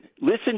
listen